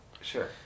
Sure